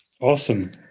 awesome